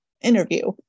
interview